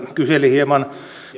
hieman